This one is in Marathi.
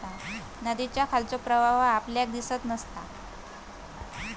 नदीच्या खालचो प्रवाह आपल्याक दिसत नसता